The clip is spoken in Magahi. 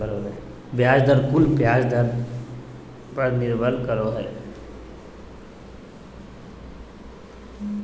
ब्याज दर कुल ब्याज धन पर निर्भर करो हइ